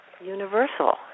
universal